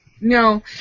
No